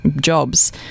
jobs